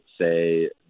say